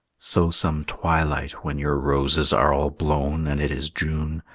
so some twilight, when your roses are all blown and it is june,